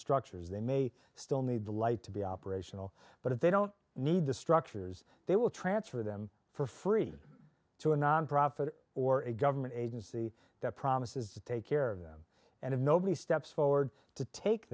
structures they may still need light to be operational but if they don't need the structures they will transfer them for free to a nonprofit or a government agency that promises to take care of them and if nobody steps forward to take